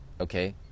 okay